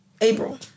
April